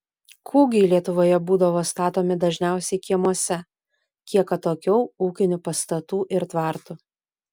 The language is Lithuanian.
kūgiai lietuvoje būdavo statomi dažniausiai kiemuose kiek atokiau ūkinių pastatų ir tvartų